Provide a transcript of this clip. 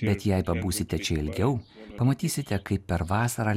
bet jei pabūsite čia ilgiau pamatysite kaip per vasarą